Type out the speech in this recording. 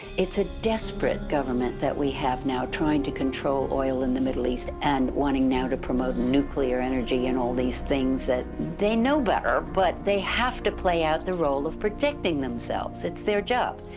it's a desperate government that we have now trying to control oil in the middle east, and wanting now to promote nuclear energy and all these things. they know better, but they have to play out the role of protecting themselves, it's their job.